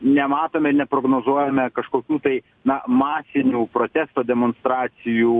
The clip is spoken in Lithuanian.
nematome ir neprognozuojame kažkokių tai na masinių protesto demonstracijų